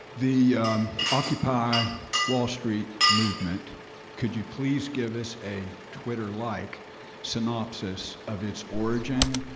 the yeah um occupy wall street movement could you please give us a twitter-like synopsis of its origin,